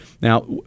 Now